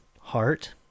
heart